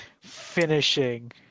finishing